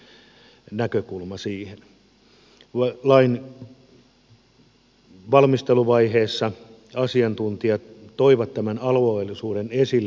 lain valmisteluvaiheessa asiantuntijat toivat tämän alueellisuuden esille